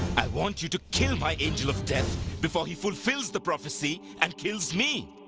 i want you to kill my angel of death before he fulfills the prophecy and kills me.